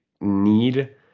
need